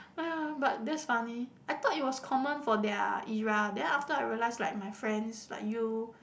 but that's funny I thought it was common for their era then after I realized like my friends like you